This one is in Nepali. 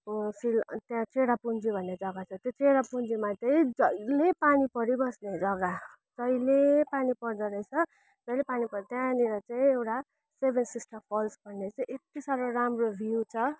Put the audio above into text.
शि त्यहाँ चेरापुञ्जी भन्ने जग्गा छ त्यो चेरापुञ्जीमा चाहिँ जहिले पानी परिबस्ने जग्गा जहिले पानी पर्दो रहेछ जहिले पानी पर्दो त्यहाँनिर चाहिँ एउटा सेभेन सिस्टर फल्स भन्ने छ यति साह्रो राम्रो भ्यू छ